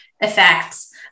effects